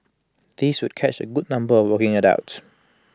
this would catch A good number working adults